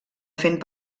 fent